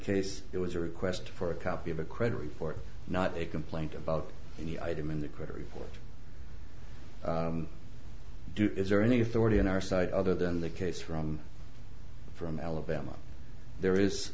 case it was a request for a copy of a credit report not a complaint about the item in the credit report do is there any authority on our side other than the case from from alabama there is